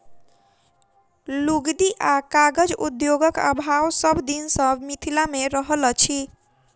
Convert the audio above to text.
लुगदी आ कागज उद्योगक अभाव सभ दिन सॅ मिथिला मे रहल अछि